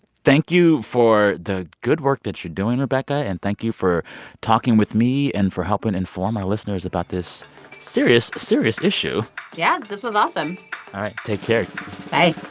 thank you for the good work that you're doing, rebecca. and thank you for talking with me and for helping inform our listeners about this serious, serious issue yeah, this was awesome take care bye